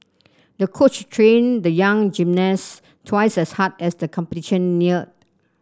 the coach trained the young gymnast twice as hard as the competition neared